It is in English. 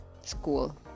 School